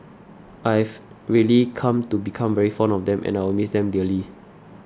I've really come to become very fond of them and I will miss them dearly